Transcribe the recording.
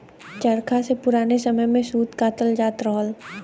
चरखा से पुराने समय में सूत कातल जात रहल